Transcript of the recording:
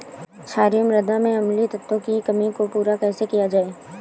क्षारीए मृदा में अम्लीय तत्वों की कमी को पूरा कैसे किया जाए?